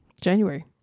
January